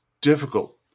difficult